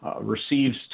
receives